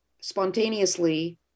spontaneously